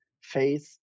face